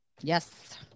Yes